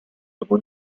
dopo